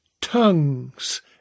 tongues